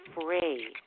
free